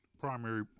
Primary